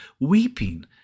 weeping